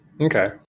Okay